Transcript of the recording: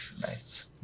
Nice